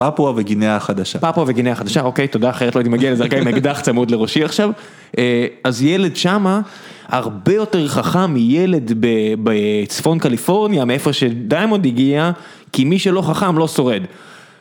פאפואה וגיניה החדשה. פאפואה וגיניה החדשה, אוקיי, תודה אחרת לא הייתי מגיע לזה, רק הייתי עם אקדח צמוד לראשי עכשיו. אז ילד שם, הרבה יותר חכם מילד בצפון קליפורניה, מאיפה שדימונד הגיע, כי מי שלא חכם לא שורד.